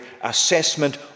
assessment